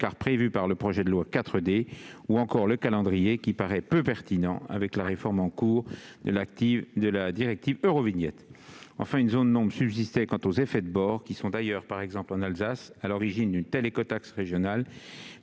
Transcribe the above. est prévu par le projet de loi 4D, ou encore du calendrier, lequel paraît peu pertinent par rapport à la réforme en cours de la directive Eurovignette. Enfin, une zone d'ombre subsistait quant aux effets de bord, qui sont d'ailleurs, par exemple en Alsace, à l'origine d'une écotaxe régionale,